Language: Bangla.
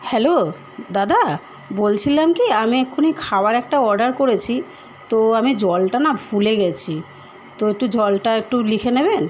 হ্যালো দাদা বলছিলাম কী আমি এক্ষুনি খাওয়ার একটা অর্ডার করেছি তো আমি জলটা না ভুলে গেছি তো একটু জলটা একটু লিখে নেবেন